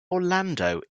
orlando